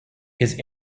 his